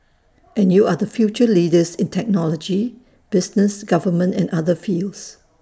and you are the future leaders in technology business government and other fields